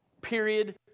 period